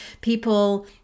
people